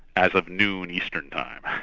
as of noon, eastern time.